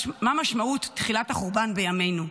מה משמעות תחילת החורבן בימינו?